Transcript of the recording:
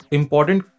important